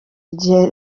igihe